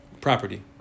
property